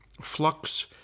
Flux